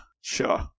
Sure